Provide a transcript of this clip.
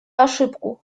ошибку